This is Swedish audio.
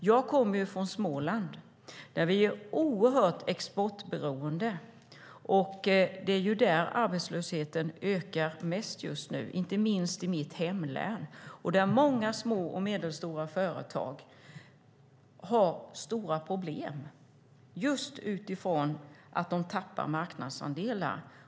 Jag kommer från Småland, där vi är oerhört exportberoende, och det är där arbetslösheten ökar mest just nu, inte minst i mitt hemlän där många små och medelstora företag har stora problem på grund av att de tappar marknadsandelar.